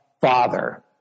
Father